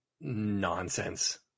nonsense